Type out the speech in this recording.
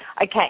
Okay